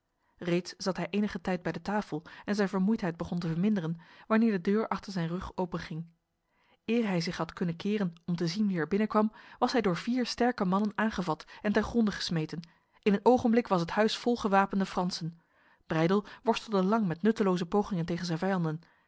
reeds zat hij enige tijd bij de tafel en zijn vermoeidheid begon te verminderen wanneer de deur achter zijn rug openging eer hij zich had kunnen keren om te zien wie er binnenkwam was hij door vier sterke mannen aangevat en ten gronde gesmeten in een ogenblik was het huis vol gewapende fransen breydel worstelde lang met nutteloze pogingen tegen zijn vijanden